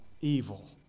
evil